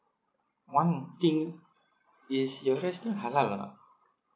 one thing is your place still halal or not